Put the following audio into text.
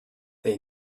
they